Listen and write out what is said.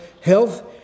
health